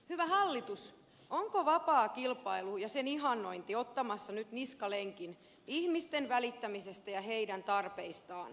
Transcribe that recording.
hyvä hallitus onko vapaa kilpailu ja sen ihannointi ottamassa nyt niskalenkin ihmisten välittämisestä ja heidän tarpeistaan